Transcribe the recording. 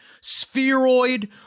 spheroid